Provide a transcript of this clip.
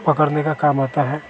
पकड़ने के काम आता है